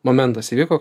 momentas įvyko